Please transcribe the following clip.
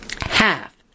half